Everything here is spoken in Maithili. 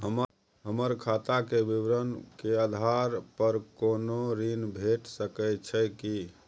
हमर खाता के विवरण के आधार प कोनो ऋण भेट सकै छै की?